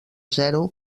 zero